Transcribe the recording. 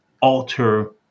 alter